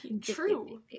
true